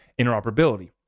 interoperability